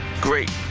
great